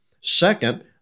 Second